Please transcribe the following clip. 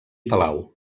palau